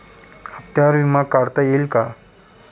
हप्त्यांवर विमा काढता येईल का?